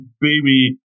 baby